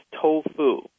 tofu